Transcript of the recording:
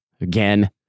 again